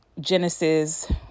Genesis